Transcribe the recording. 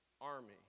Army